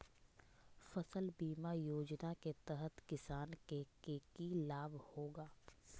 फसल बीमा योजना के तहत किसान के की लाभ होगा?